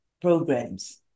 programs